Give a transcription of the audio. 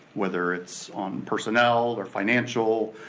whether it's on personnel or financial,